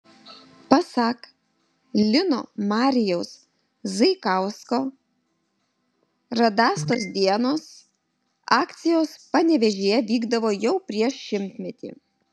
pasak lino marijaus zaikausko radastos dienos akcijos panevėžyje vykdavo jau prieš šimtmetį